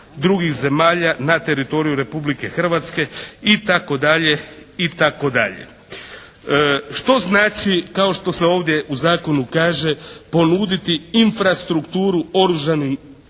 drugih zemalja na teritoriju Republike Hrvatske itd. Što znači kao što se ovdje u zakonu kaže, ponuditi infrastrukturu oružanim